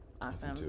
Awesome